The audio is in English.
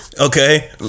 Okay